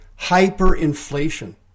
hyperinflation